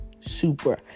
super